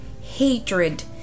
hatred